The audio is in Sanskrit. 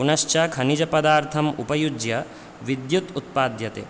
पुनश्च खनिजपदार्थम् उपयुज्य विद्युत् उत्पाद्यते